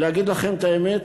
להגיד לכם את האמת,